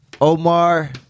Omar